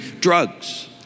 drugs